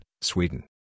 Sweden